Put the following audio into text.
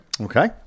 Okay